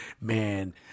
man